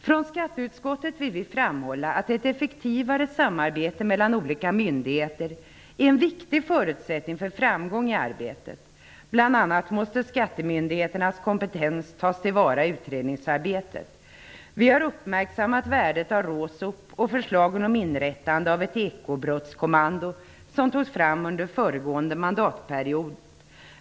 Vi i skatteutskottet vill framhålla att ett effektivare samarbete mellan olika myndigheter är en viktig förutsättning för framgång i arbetet. Skattemyndigheternas kompetens måste bl.a. tas till vara i utredningsarbetet. Vi har uppmärksammat värdet av RÅSOP och förslagen om inrättande av ett ekobrottskommando som togs fram under den föregående mandatperioden.